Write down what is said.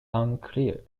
unclear